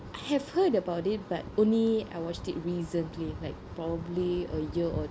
I have heard about it but only I watched it recently like probably a year or